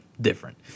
different